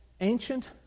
ancient